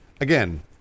again